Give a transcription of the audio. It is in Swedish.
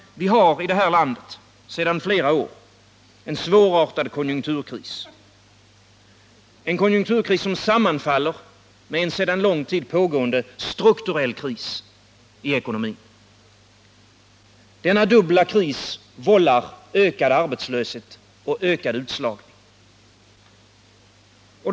Vi har i det här landet sedan flera år en svårartad Sveriges Investekonjunkturkris, en konjunkturkris som sammanfaller med en sedan lång tid ringsbank AB tillbaka pågående strukturell kris i ekonomin. Denna dubbla kris vållar ökad arbetslöshet och ökad utslagning.